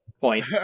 point